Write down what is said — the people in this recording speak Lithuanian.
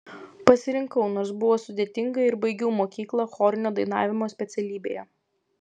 pasirinkau nors buvo sudėtinga ir baigiau mokyklą chorinio dainavimo specialybėje